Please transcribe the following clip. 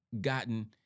gotten